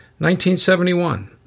1971